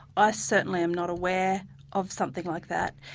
ah certainly am not aware of something like that.